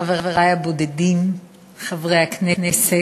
חברי הבודדים חברי הכנסת,